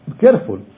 careful